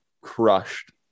crushed